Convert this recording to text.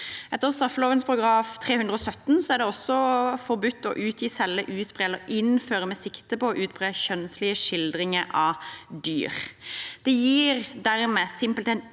Etter straffeloven § 317 er det også forbudt å utgi, selge, utbre eller innføre med sikte på å utbre kjønnslige skildringer av dyr. Det gir dermed simpelthen